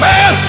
Man